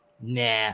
nah